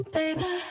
Baby